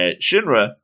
Shinra